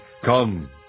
Come